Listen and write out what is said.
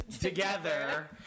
together